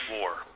War